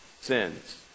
sins